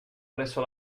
presso